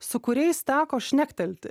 su kuriais teko šnektelti